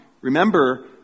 remember